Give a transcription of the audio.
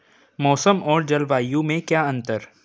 मौसम और जलवायु में क्या अंतर?